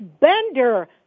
Bender